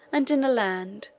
and in a land,